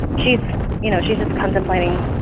she's you know, she's just contemplating,